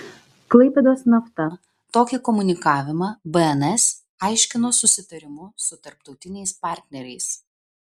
klaipėdos nafta tokį komunikavimą bns aiškino susitarimu su tarptautiniais partneriais